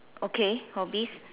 okay hobbies